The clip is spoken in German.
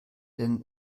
denn